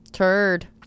turd